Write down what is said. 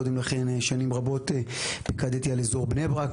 קודם לכן שנים רבות פיקדתי על אזור בני ברק,